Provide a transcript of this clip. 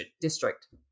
district